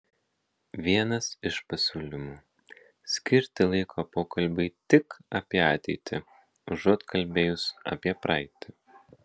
vienas iš pasiūlymų skirti laiko pokalbiui tik apie ateitį užuot kalbėjus apie praeitį